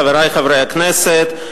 חברי חברי הכנסת,